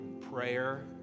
prayer